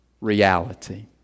reality